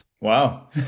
Wow